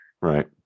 Right